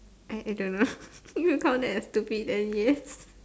I I don't know you count that as stupid then yes